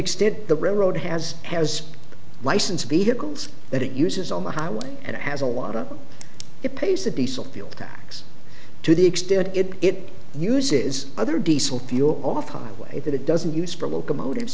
extent the railroad has has the license vehicles that it uses on the highway and it has a lot of it pays the diesel fuel tax to the extent it uses other diesel fuel off highway that it doesn't use for locomotive